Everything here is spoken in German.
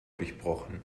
durchbrochen